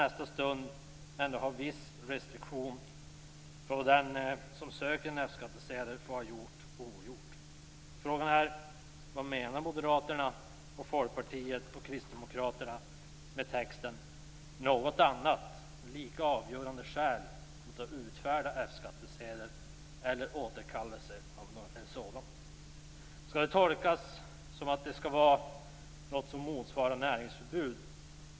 Nästa stund skall man ändå ha vissa restriktioner i fråga om vad den som söker en F skattsedel får ha gjort eller inte bör ha gjort. Vad menar då moderaterna, Folkpartiet och kristdemokraterna med texten "något annat lika avgörande skäl mot att utfärda F-skattsedel eller för återkallelse av en sådan"? Skall det tolkas som att det skall finnas något som motsvarar näringsförbud?